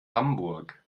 hamburg